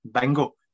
Bingo